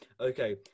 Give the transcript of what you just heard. Okay